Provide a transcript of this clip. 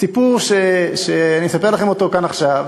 סיפור שאני אספר לכם אותו כאן עכשיו,